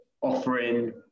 offering